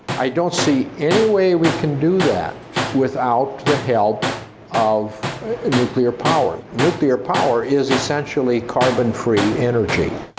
i don't see any way we can do that without the help of nuclear power. nuclear power is essentially carbon-free energy.